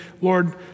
Lord